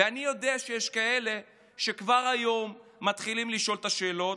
ואני יודע שיש כאלה שכבר היום מתחילים לשאול את השאלות